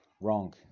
Wrong